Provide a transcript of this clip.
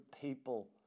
people